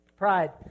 Pride